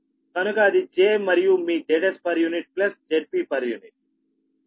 కనుక అది j మరియు మీ Zs Zp